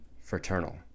fraternal